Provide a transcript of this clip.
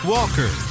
Walker